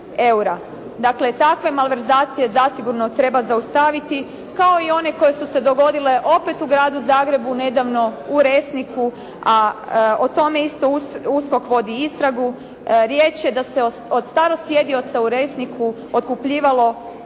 Dakle takve malverzacije zasigurno treba zaustaviti kao i one koje su se dogodile opet u Gradu Zagrebu nedavno, u Resniku, a o tome isto USKOK vodi istragu. Riječ je da se od starosjedioca u Resniku otkupljivalo